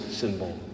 symbol